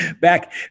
back